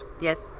yes